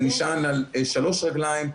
זה נשען על שלוש רגליים,